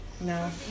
No